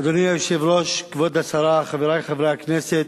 אדוני היושב-ראש, כבוד השרה, חברי חברי הכנסת,